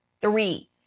Three